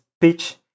pitch